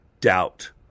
Doubt